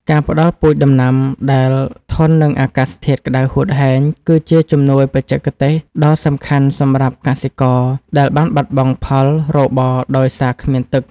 ការផ្តល់ពូជដំណាំដែលធន់នឹងអាកាសធាតុក្តៅហួតហែងគឺជាជំនួយបច្ចេកទេសដ៏សំខាន់សម្រាប់កសិករដែលបានបាត់បង់ផលរបរដោយសារគ្មានទឹក។